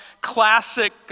classic